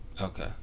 Okay